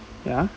ya